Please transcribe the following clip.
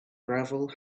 gravel